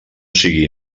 sigui